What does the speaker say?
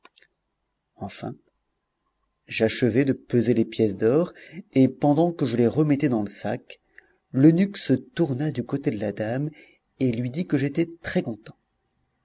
enfin j'achevai de peser les pièces d'or et pendant que je les remettais dans le sac l'eunuque se tourna du côté de la dame et lui dit que j'étais